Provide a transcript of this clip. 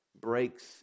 breaks